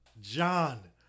John